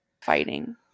Fighting